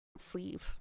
sleeve